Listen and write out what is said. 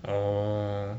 orh